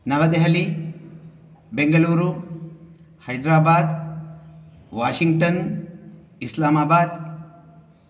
Navadehli Bengaluru Hyderabad Washington Islamabad